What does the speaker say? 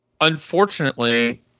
unfortunately